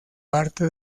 parte